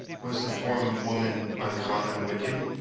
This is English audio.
was the poor woman oncommon wicked,